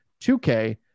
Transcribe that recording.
2K